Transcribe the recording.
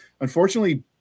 Unfortunately